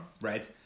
red